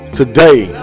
today